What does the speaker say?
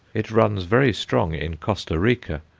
it runs very strong in costa rica,